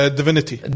Divinity